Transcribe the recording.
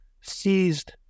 seized